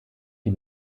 die